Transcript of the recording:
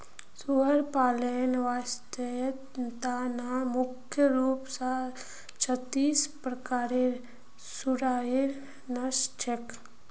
सुअर पालनेर व्यवसायर त न मुख्य रूप स छत्तीस प्रकारेर सुअरेर नस्ल छेक